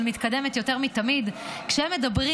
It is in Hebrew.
אבל היא מתקדמת יותר מתמיד: כשהם מדברים